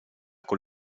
con